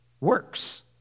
works